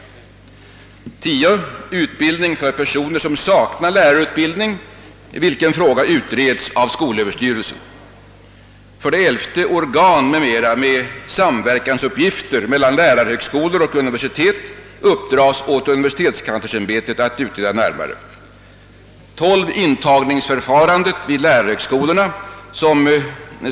För det tionde skall utbildning för personer som saknar lärarutbildning utredas av skolöverstyrelsen. För det elfte överlämnas frågan om organ m.m. för samverkan mellan lärarhögskolor och universitet till universitetskanslersämbetet för att utredas närmare. För det tolfte skall skolöverstyrelsen närmare utreda intagningsförfarandet vid lärarhögskolorna.